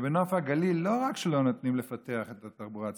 ובנוף הגליל לא רק שלא נותנים לפתח את התחבורה הציבורית,